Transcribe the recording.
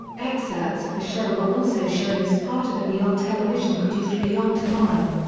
excerpts of the show were also shown as part of the beyond television-produced beyond tomorrow.